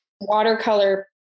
watercolor